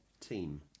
team